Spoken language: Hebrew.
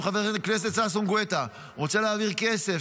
אם חבר הכנסת ששון גואטה רוצה להעביר כסף